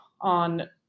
on